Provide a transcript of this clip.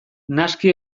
naski